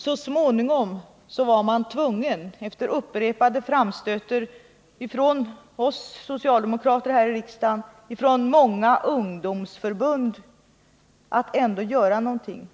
Så småningom var man tvungen, efter upprepade framstötar från oss socialdemokrater här i riksdagen och från många ungdomsförbund, att ändå göra någonting.